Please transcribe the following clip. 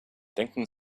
denken